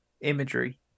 imagery